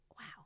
wow